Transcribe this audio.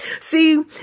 See